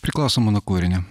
priklausoma nuo kūrinio